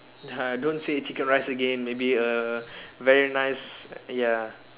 don't say chicken rice again maybe err very nice ya